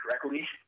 correctly